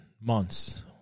months